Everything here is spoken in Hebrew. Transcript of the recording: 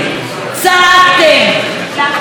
הוצאתם את כל היצרים שלכם,